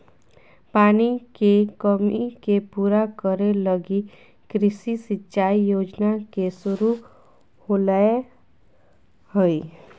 पानी के कमी के पूरा करे लगी कृषि सिंचाई योजना के शुरू होलय हइ